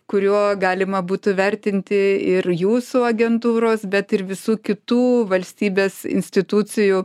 kuriuo galima būtų vertinti ir jūsų agentūros bet ir visų kitų valstybės institucijų